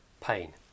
pain